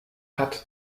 hat